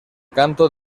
canto